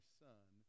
son